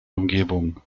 umgebung